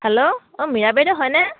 hello অঁ মীৰা বাইদেউ হয়নে